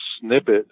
snippet